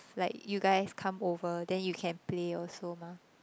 like you guys come over then you can play also mah